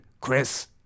Chris